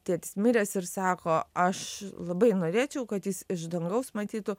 tėtis miręs ir sako aš labai norėčiau kad jis iš dangaus matytų